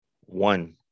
one